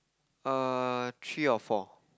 err three or four